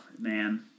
man